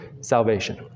salvation